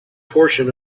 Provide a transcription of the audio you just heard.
portion